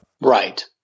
Right